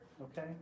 okay